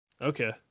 okay